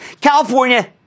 California